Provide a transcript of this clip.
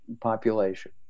population